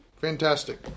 Fantastic